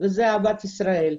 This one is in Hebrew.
ואהבת ישראל.